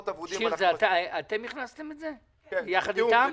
שיר, אתם הכנסתם את זה יחד איתם?